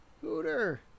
Hooter